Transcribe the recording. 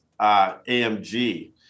AMG